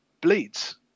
bleeds